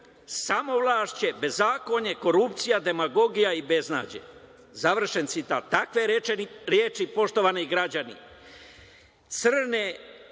samovlašće, bezakonje, korupcija, demagogija i beznađe“, završen citat. Takve reči, poštovani građani, crne